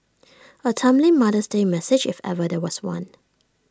A timely mother's day message if there ever was one